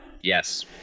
Yes